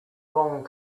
wrong